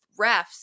refs